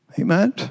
Amen